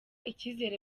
icyizere